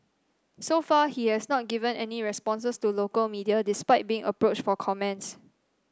so far he has not given any responses to local media despite being approached for comments